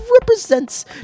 represents